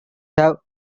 have